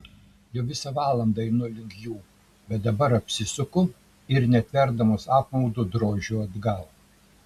jau visą valandą einu link jų bet dabar apsisuku ir netverdamas apmaudu drožiu atgal